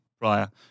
prior